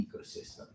ecosystem